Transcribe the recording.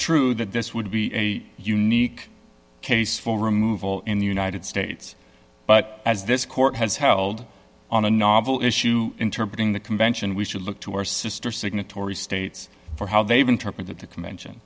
true that this would be a unique case for removal in the united states but as this court has held on a novel issue interpreted in the convention we should look to our sister signatory states for how they've interpreted the co